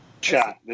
Chat